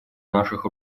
наших